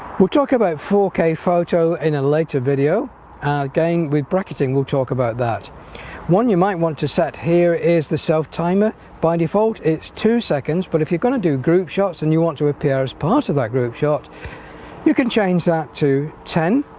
we'll talk about four k photo in a later video going with bracketing we'll talk about that one you might want to set here is the self timer by default it's two seconds but if you're going to do group shots and you want to appear as part of that group shot you can change that to ten